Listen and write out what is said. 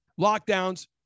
lockdowns